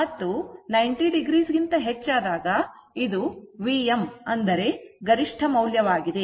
ಮತ್ತು 90 o ಗಿಂತ ಹೆಚ್ಚಾದಾಗ ಇದು Vm ಅಂದರೆ ಗರಿಷ್ಠ ಮೌಲ್ಯವಾಗಿದೆ